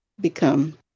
become